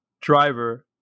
driver